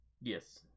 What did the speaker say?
Yes